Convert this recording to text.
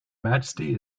majesty